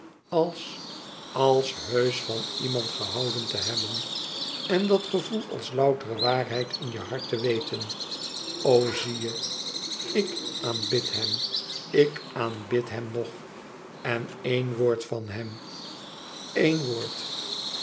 e h e b b e n en dat gevoel als loutere waarheid in je hart te weten o zie je ik aanbid hem ik aanbid hem nog en één woord van hem één woord